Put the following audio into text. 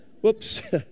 Whoops